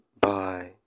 bye